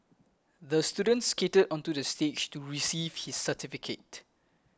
the student skated onto the stage to receive his certificate